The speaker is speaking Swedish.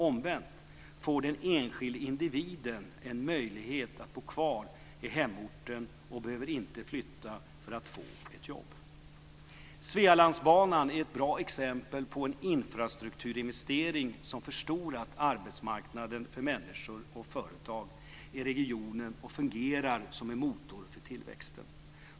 Omvänt får den enskilde individen en möjlighet att bo kvar i hemorten och behöver inte flytta för att få ett jobb. Svealandsbanan är ett bra exempel på en infrastrukturinvestering som förstorat arbetsmarknaden för människor och företag i regionen och fungerar som en motor för tillväxten.